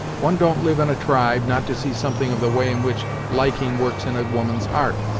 one don't live in a tribe, not to see something of the way in which liking works in a woman's heart.